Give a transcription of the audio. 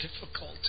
difficult